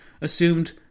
assumed